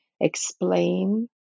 explain